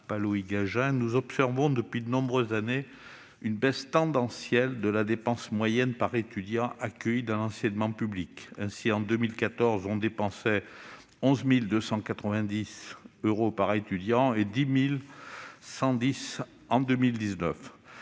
nous observons depuis de nombreuses années une baisse tendancielle de la dépense moyenne par étudiant accueilli dans l'enseignement public. Ainsi, en 2014, on dépensait 11 290 euros par étudiant, contre 10 110 euros en 2019.